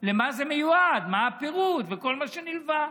למה זה מיועד, מה הפירוט וכל מה שנלווה.